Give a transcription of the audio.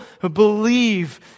believe